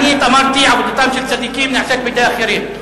אמרתי: עבודתם של צדיקים נעשית בידי אחרים.